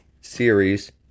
series